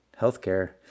healthcare